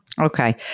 Okay